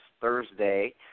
Thursday